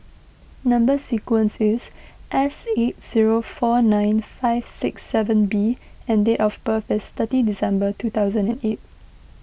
Number Sequence is S eight zero four nine five six seven B and date of birth is thirty December two thousand and eight